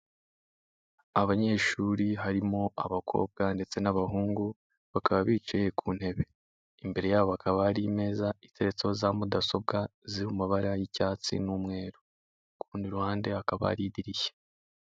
Abanyeshuri harimo abakobwa ndetse n'abahungu, bakaba bicaye ku ntebe, imbere yabo hakaba hari imeza iteretseho za mudasobwa ziri mu mabara y'icyatsi n'umweru, ku rundi ruhande hakaba hari idirishya.